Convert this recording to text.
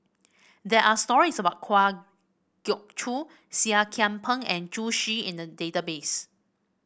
there are stories about Kwa Geok Choo Seah Kian Peng and Zhu Xu in the database